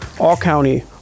All-County